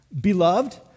Beloved